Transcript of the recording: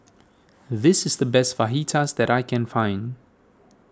this is the best Fajitas that I can find